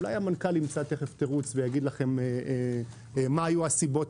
אולי המנכ"ל ימצא תירוץ ויגיד מה היו אז הסיבות.